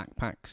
backpacks